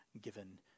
given